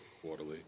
Quarterly